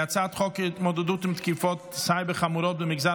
חוק התמודדות עם תקיפות סייבר חמורות במגזר